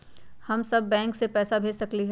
हम सब बैंक में पैसा भेज सकली ह?